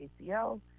ACL